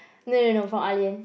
no no no from Ah-Lian